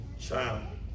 child